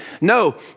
No